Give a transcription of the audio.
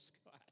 Scott